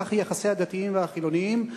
כך יחסי הדתיים והחילונים.